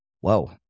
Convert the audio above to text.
Whoa